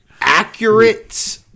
...accurate